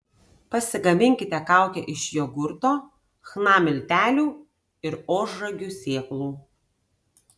pasigaminkite kaukę iš jogurto chna miltelių ir ožragių sėklų